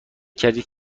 کردید